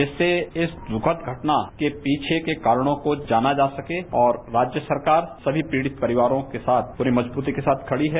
जिससे इस दुखद घटना के पीठे के कारणों को जाना जा सके और राज्य सरकार सभी पीडित परिवारों के साथ पूरी मजबूती के साथ खड़ी है